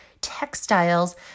textiles